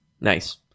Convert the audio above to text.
Nice